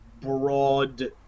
broad